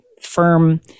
firm